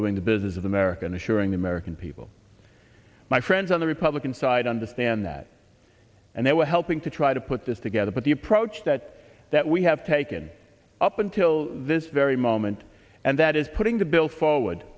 doing the business of america and assuring the american people my friends on the republican side understand that and they were helping to try to put this together but the approach that that we have taken up until this very moment and that is putting the bill forward